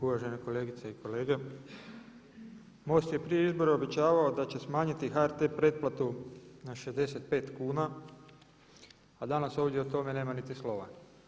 Uvažene kolegice i kolege MOST je prije izbora obećavao da će smanjiti HRT pretplatu na 65 kn, a danas ovdje o tome nema niti slova.